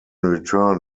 return